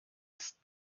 ist